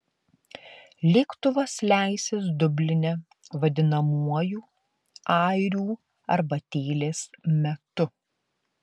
lėktuvas leisis dubline vadinamuoju airių arbatėlės metu